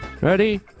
Ready